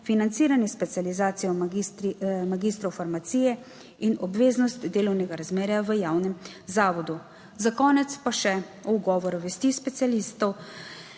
financiranje specializacij magistrov farmacije in obveznosti delovnega razmerja v javnem zavodu. Za konec pa še o ugovoru vesti specialistov,